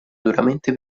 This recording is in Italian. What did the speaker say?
duramente